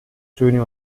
söhne